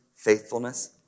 Faithfulness